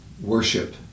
worship